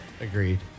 Agreed